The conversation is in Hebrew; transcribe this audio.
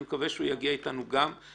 אני מקווה שהוא יגיע איתנו גם.